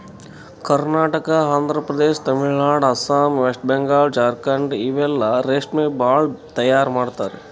Karnataka, Andhra Pradesh, Tamil Nadu, Assam, West Bengal, Jharkhand ಇಲ್ಲೆಲ್ಲಾ ರೇಶ್ಮಿ ಭಾಳ್ ತೈಯಾರ್ ಮಾಡ್ತರ್